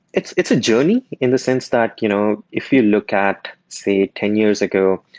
it's it's a journey in the sense that you know if you look at, say, ten years ago,